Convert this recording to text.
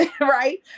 Right